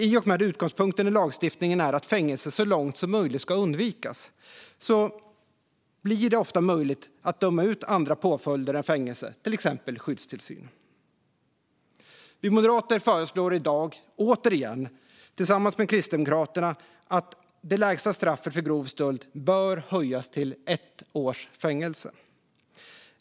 I och med att utgångspunkten i lagstiftningen är att fängelse så långt som möjligt ska undvikas blir det ofta möjligt att döma ut andra påföljder än fängelse, till exempel skyddstillsyn. Vi moderater föreslår i dag återigen tillsammans med Kristdemokraterna att det lägsta straffet för grov stöld bör höjas till ett års fängelse.